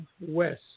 west